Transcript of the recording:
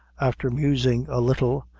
after musing a little,